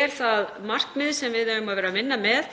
er það markmið sem við eigum að vera að vinna með,